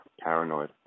paranoid